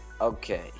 Okay